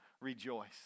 rejoice